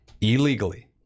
illegally